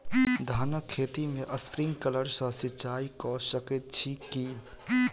धानक खेत मे स्प्रिंकलर सँ सिंचाईं कऽ सकैत छी की?